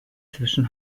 zwischen